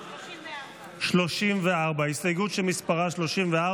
34. 34. הסתייגות שמספרה 34,